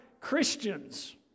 Christians